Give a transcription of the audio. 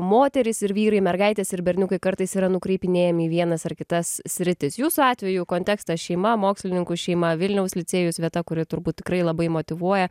moterys ir vyrai mergaitės ir berniukai kartais yra nukreipinėjami į vienas ar kitas sritis jūsų atveju kontekstas šeima mokslininkų šeima vilniaus licėjus vieta kuri turbūt tikrai labai motyvuoja